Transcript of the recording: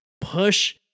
push